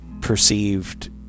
perceived